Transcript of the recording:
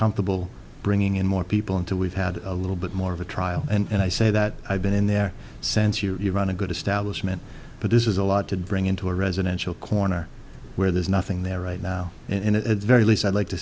comfortable bringing in more people until we've had a little bit more of a trial and i say that i've been in their sense to run a good establishment but this is a lot to bring into a residential corner where there's nothing there right now and it at the very least i'd like to